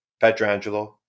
Petrangelo